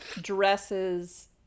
dresses